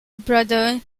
brother